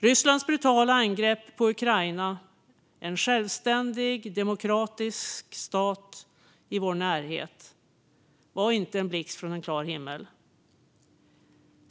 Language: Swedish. Rysslands brutala angrepp på Ukraina, en självständig och demokratisk stat i vår närhet, var inte en blixt från en klar himmel.